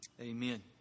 Amen